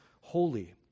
holy